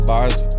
Bars